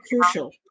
crucial